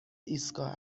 ایستگاه